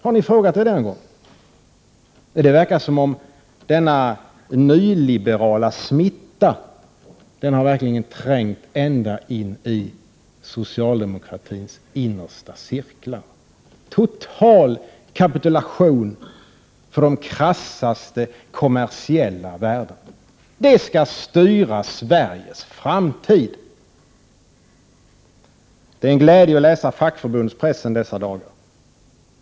Har ni ställt er den frågan någon gång? Det verkar som om denna nyliberala smitta verkligen har trängt ända in i socialdemokratins innersta cirklar — total kapitulation för de krassaste kommersiella värdena. De skall styra Sveriges framtid. Det är en glädje att läsa fackförbundspressen i dessa dagar.